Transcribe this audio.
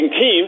team